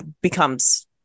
becomes